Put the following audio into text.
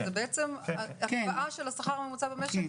זאת בעצם הקפאה של השכר הממוצע במשק.